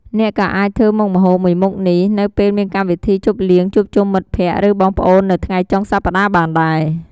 អ្នកក៏អាចធ្វើមុខម្ហូបមួយមុខនេះនៅពេលមានកម្មវិធីជប់លៀងជួបជុំមិត្តភក្តិ ឬបងប្អូននៅថ្ងៃចុងសប្តាហ៍បានដែរ។